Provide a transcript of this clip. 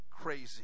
crazy